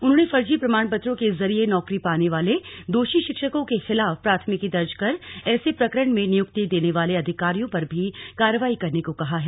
उन्होंने फर्जी प्रमाणपत्रों के जरिए नौकरी पाने वाले दोषी शिक्षकों के खिलाफ प्राथमिकी दर्ज कर ऐसे प्रकरण में नियुक्ति देने वाले अधिकारियों पर भी कार्यवाही करने को कहा है